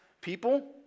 people